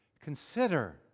consider